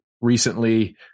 recently